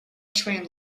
trained